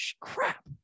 crap